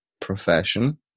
profession